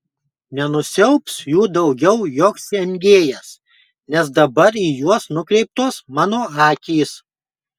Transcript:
nenusiaubs jų daugiau joks engėjas nes dabar į juos nukreiptos mano akys